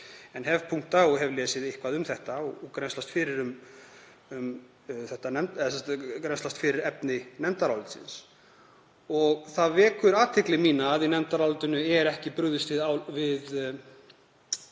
en hef punkta og hef lesið eitthvað um þetta og grennslast fyrir um efni nefndarálitsins. Það vekur athygli mína að í nefndarálitinu er ekki brugðist við